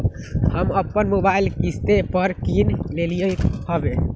हम अप्पन मोबाइल किस्ते पर किन लेलियइ ह्बे